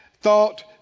thought